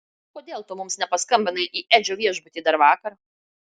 kodėl tu mums nepaskambinai į edžio viešbutį dar vakar